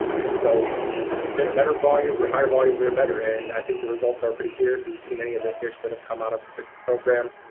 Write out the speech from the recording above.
and so better better volumes or higher volumes are better, and i think the results are pretty clear if you've seen any of the fish that have come out of kris's program,